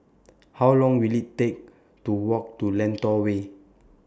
How Long Will IT Take to Walk to Lentor Way